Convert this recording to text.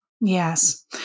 Yes